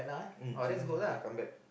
mm she knows come back